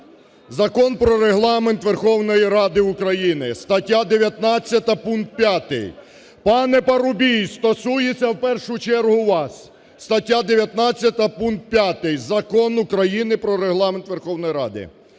Закон про Регламент Верховної Ради України стаття 19 пункт 5. Пане Парубій, стосується в першу чергу вас. Стаття 19 пункт 5 Закон України про Регламент Верховної Ради.